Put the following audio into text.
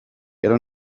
era